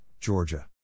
Georgia